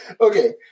Okay